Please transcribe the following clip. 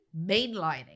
mainlining